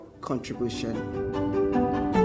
contribution